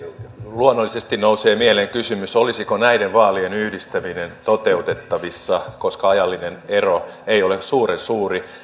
luonnollisesti nousee mieleen kysymys olisiko näiden vaalien yhdistäminen toteutettavissa koska ajallinen ero ei ole suuren suuri